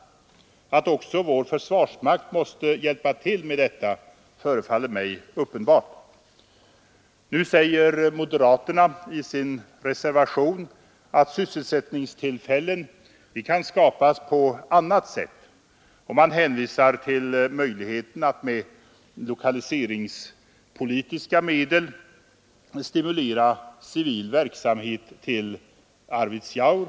Det förefaller mig uppenbart att också vår försvarsmakt måste hjälpa till med detta. Moderaterna anför i reservationen 3 att sysselsättningstillfällen kan skapas på annat sätt och hänvisar till möjligheten att med lokaliseringspolitiska medel stimulera förläggning av civil verksamhet till Arvidsjaur.